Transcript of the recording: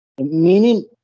meaning